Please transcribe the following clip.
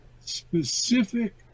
specific